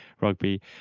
rugby